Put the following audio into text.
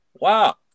wow